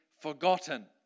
forgotten